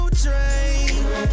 train